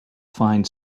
find